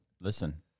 Listen